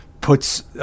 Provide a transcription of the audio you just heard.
puts